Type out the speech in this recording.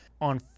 on